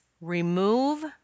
remove